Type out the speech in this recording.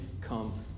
come